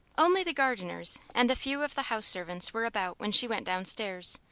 only the gardeners and a few of the house servants were about when she went down-stairs,